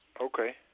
Okay